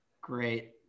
great